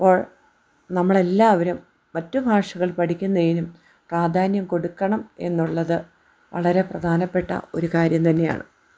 അപ്പോൾ നമ്മളെല്ലാവരും മറ്റു ഭാഷകൾ പഠിക്കുന്നതിനും പ്രാധാന്യം കൊടുക്കണം എന്നുള്ളത് വളരെ പ്രധാനപ്പെട്ട ഒരു കാര്യം തന്നെയാണ്